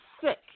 sick